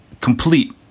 complete